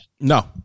No